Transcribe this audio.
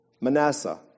Manasseh